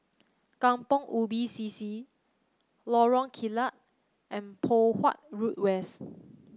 Kampong Ubi C C Lorong Kilat and Poh Huat Road West